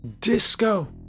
Disco